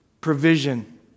Provision